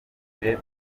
kure